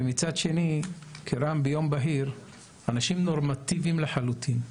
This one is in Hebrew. ומצד שני כרעם ביום בהיר אנשים נורמטיביים לחלוטין,